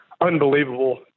unbelievable